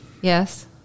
Yes